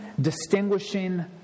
distinguishing